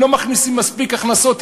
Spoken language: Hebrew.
לא מכניסים מספיק הכנסות,